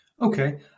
Okay